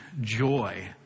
joy